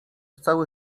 cały